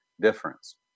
difference